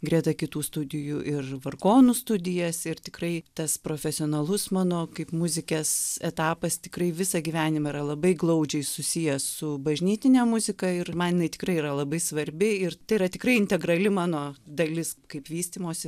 greta kitų studijų ir vargonų studijas ir tikrai tas profesionalus mano kaip muzikės etapas tikrai visą gyvenimą yra labai glaudžiai susijęs su bažnytine muzika ir man jinai tikrai yra labai svarbi ir tai yra tikrai integrali mano dalis kaip vystymosi